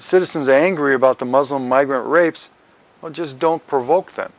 citizens angry about the muslim migrant rapes well just don't provoke them